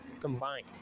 combined